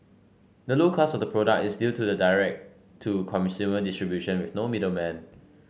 the low cost of the product is due to the direct to consumer distribution with no middlemen